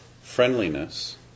friendliness